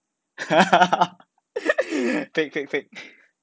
fake fake fake